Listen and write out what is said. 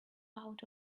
out